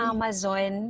Amazon